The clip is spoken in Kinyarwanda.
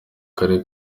karere